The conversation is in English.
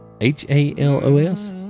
H-A-L-O-S